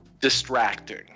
distracting